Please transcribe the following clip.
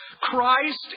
Christ